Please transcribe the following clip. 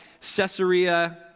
Caesarea